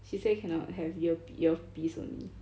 she say cannot have ear~ earpiece only